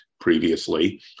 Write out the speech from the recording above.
previously